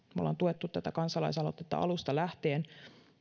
olemme tukeneet tätä kansalaisaloitetta alusta lähtien